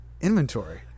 inventory